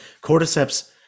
cordyceps